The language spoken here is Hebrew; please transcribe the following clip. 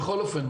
בכל אופן,